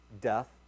death